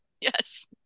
yes